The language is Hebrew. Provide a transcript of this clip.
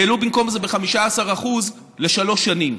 והעלו במקום זה ב-15% לשלוש שנים.